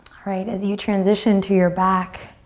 alright, as you transition to your back,